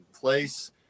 place